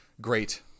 great